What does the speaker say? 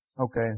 Okay